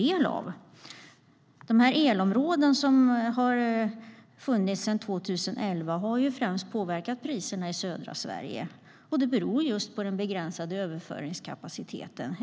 De elområden som har funnits sedan 2011 har främst påverkat priserna i södra Sverige. Det beror på den begränsade överföringskapaciteten.